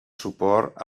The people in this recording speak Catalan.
suport